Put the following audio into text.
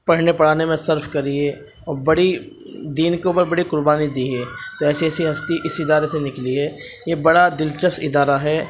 پڑھنے پڑھانے میں صرف کری ہے بڑی دین کے اوپر بڑی قربانی دی ہے ایسی ایسی ہستی اس ادارے سے نکلی ہے بڑا دلچسپ ادارہ ہے